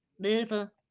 Beautiful